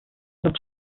not